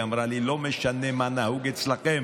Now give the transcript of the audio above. היא אמרה לי: לא משנה מה נהוג אצלכם,